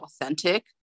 authentic